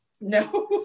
No